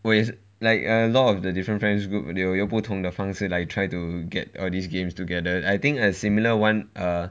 我也是 like a lot of the different friends group they will 有不同的方式 like try to get all these games together I think a similar [one] err